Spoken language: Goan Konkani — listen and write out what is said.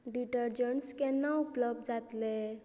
डिटर्जंट्स केन्ना उपलब्ध जातले